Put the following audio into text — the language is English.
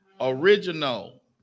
original